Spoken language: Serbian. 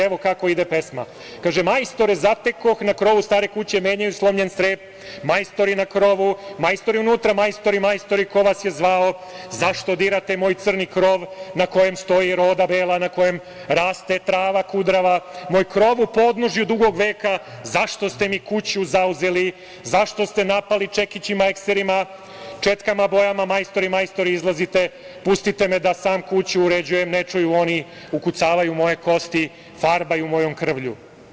Evo kako ide pesma: "Majstore zatekoh na krovu stare kuće, menjaju slomljen crep, majstori na krovu, majstori unutra, majstori, majstori, ko vas je zvao, zašto dirate moj crni krov na kojem stoji roda bela, na kojem raste trava kudrava, moj krov u podnožju dugog veka, zašto ste mi kuću zauzeli, zašto ste napali čekićima, ekserima, četkama, bojama, majstori, majstori, izlazite, pustite me da sam kuću uređujem, ne čuju oni, ukucavaju moje kosti, farbaju mojom krvlju"